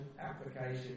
Application